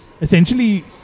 essentially